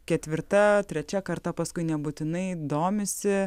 ketvirta trečia karta paskui nebūtinai domisi